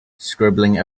scribbling